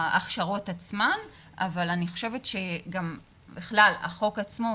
ההכשרות עצמן אבל אני חושבת שבכלל, החוק עצמו,